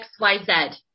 XYZ